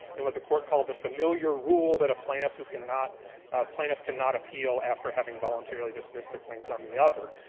and what the court called the familiar rule that a plaintiff who cannot plaintiff cannot appeal after having voluntarily dismissed the claims, on the other.